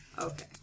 Okay